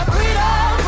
Freedom